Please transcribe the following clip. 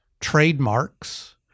trademarks